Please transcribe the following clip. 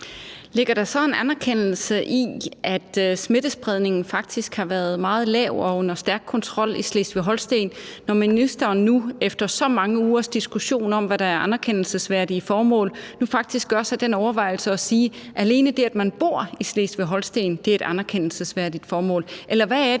Ligger der så en anerkendelse af, at smittespredningen faktisk har været meget lav og under stærk kontrol i Slesvig-Holsten, når ministeren nu efter så mange ugers diskussion om, hvad der er anerkendelsesværdige formål, faktisk også siger, at alene det, at man bor i Slesvig-Holsten, er et anerkendelsesværdigt formål? Eller hvad er det